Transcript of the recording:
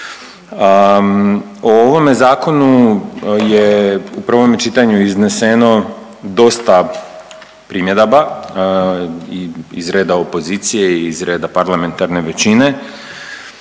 O ovome zakonu je u prvome čitanju izneseno dosta primjedaba i iz reda opozicije i iz reda parlamentarne većine